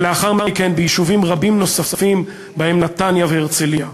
ולאחר מכן ביישובים רבים נוספים ובהם נתניה והרצליה.